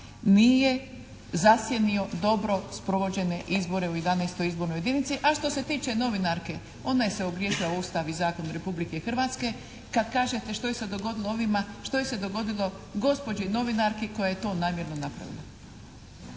nije zasjenio dobro sprovođene izbore u 11. izbornoj jedinici a što se tiče novinarke ona se je ogriješila o Ustav i zakon Republike Hrvatske, kad kažete što je se dogodilo ovima, što je se dogodilo gospođi novinarki koja je to namjerno napravila.